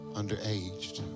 underaged